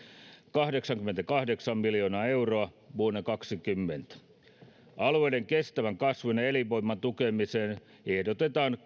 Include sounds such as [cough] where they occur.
kahdeksankymmentäkahdeksan miljoonaa euroa vuonna kaksituhattakaksikymmentä alueiden kestävän kasvun ja elinvoiman tukemiseen ehdotetaan [unintelligible]